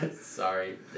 Sorry